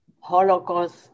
Holocaust